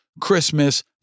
Christmas